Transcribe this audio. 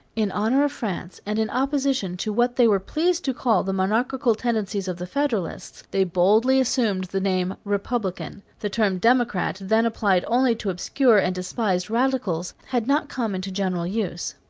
in honor of france and in opposition to what they were pleased to call the monarchical tendencies of the federalists, they boldly assumed the name republican the term democrat, then applied only to obscure and despised radicals, had not come into general use.